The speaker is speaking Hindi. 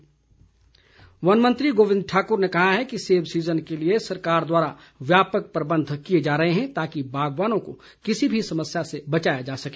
गोविंद ठाकर वन मंत्री गोविंद ठाकुर ने कहा है कि सेब सीजन के लिए सरकार द्वारा व्यापक प्रबंध किए जा रहे हैं ताकि बागवानों को किसी भी समस्या से बचाया जा सके